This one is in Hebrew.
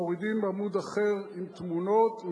מורידים עמוד אחר עם תמונות,